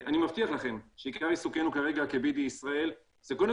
אני מבטיח לכם שכלל עיסוקינו כרגע כ-BD ישראל זה קודם